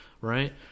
right